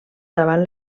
davant